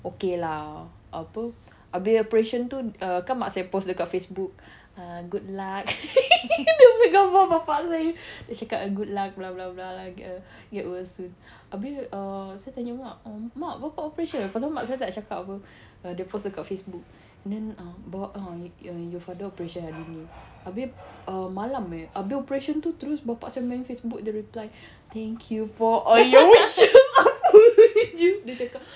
okay lah apa habis operation tu err kan mak saya post dekat Facebook err good luck dia ambil gambar bapa saya dia cakap good luck blah blah blah get well soon habis err saya tanya mak mak bapa operation lepas tu mak saya tak cakap apa err dia post dekat Facebook and then bawa ah err your father operation hari ni habis err malam eh habis operation tu terus bapa saya main Facebook dia reply thank you for all your wish apa jer dia cakap